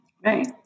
Right